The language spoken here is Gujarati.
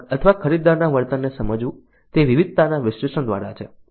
ગ્રાહક અથવા ખરીદદારના વર્તનને સમજવું તે વિવિધતાના વિશ્લેષણ દ્વારા છે